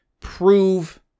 prove